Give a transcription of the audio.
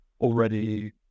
already